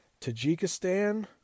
Tajikistan